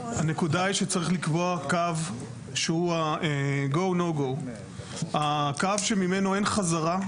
הנקודה היא שצריך לקבוע קו שהוא GO NO GO. הקו שממנו חזרה,